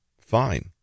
Fine